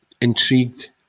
intrigued